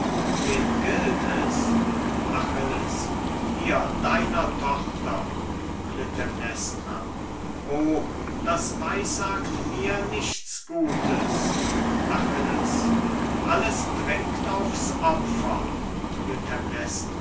wem gilt es achilles hier deiner tochter klytämnestra o das weissagt mir nichts gutes achilles alles dringt aufs